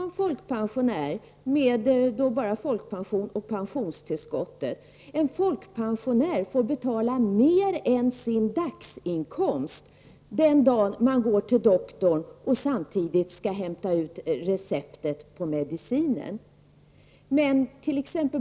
En folkpensionär, med bara folkpension och pensionstillskott, får betala mer än sin dagsinkomst den dagen han eller hon går till doktorn och samtidigt skall hämta ut:medicin på recept.